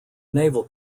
naval